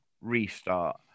restart